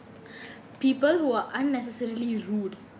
people who are unnecessarily rude